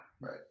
right